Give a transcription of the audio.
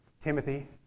Timothy